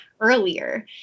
earlier